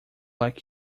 like